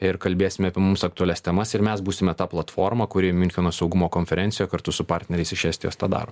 ir kalbėsime apie mums aktualias temas ir mes būsime ta platforma kuri miuncheno saugumo konferenciją kartu su partneriais iš estijos tą daro